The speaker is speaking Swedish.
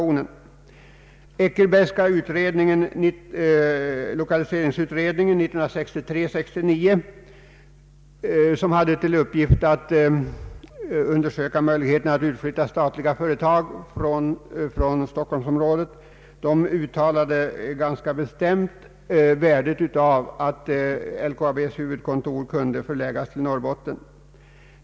Den Eckerbergska lokali seringsutredningen 1963:69, som hade till uppgift att undersöka möjligheterna att utflytta statliga företag från Stockholmsområdet, uttalade ganska bestämt värdet av att LKAB:s huvudkontor förlades till Norrbotten.